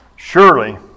Surely